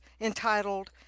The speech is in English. entitled